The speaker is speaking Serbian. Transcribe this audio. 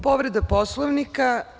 Povreda Poslovnika.